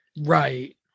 Right